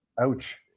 Ouch